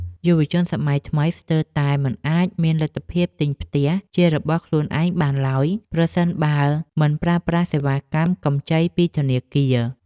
យុវជនសម័យថ្មីស្ទើរតែមិនអាចមានលទ្ធភាពទិញផ្ទះជារបស់ខ្លួនឯងបានឡើយប្រសិនបើមិនប្រើប្រាស់សេវាកម្មកម្ចីពីធនាគារ។